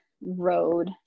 road